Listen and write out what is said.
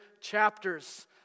chapters